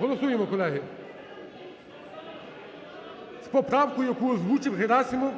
Голосуємо, колеги, з поправкою, яку озвучив Герасимов